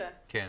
כלומר,